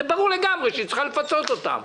ברור לגמרי שהיא צריכה לפצות אותם,